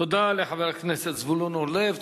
תודה לחבר הכנסת זבולון אורלב.